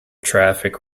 traffic